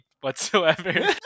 whatsoever